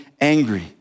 angry